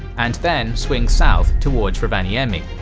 and then swing south towards rovaniemi.